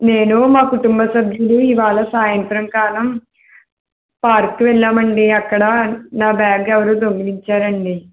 నేను మా కుటుంబ సభ్యులు ఇవాళ సాయంకాలం పార్క్కి వెళ్ళామండి అక్కడ నా బ్యాగ్ ఎవరో దొంగిలించారండి